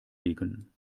liegen